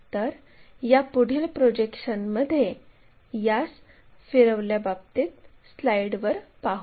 तर या पुढील प्रोजेक्शनमध्ये यास फिरवल्याबाबतीत स्लाईडवर पाहू